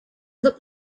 looked